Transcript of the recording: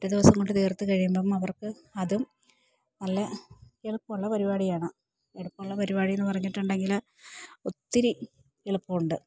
ഒരു ദിവസം കൊണ്ട് തീർത്ത് കഴിയുമ്പം അവർക്ക് അതും നല്ല എളുപ്പം ഉള്ള പരിപാടിയാണ് എളുപ്പം ഉള്ള പരിപാടി എന്ന് പറഞ്ഞിട്ടുണ്ടെങ്കിൽ ഒത്തിരി എളുപ്പം ഉണ്ട്